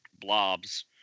blobs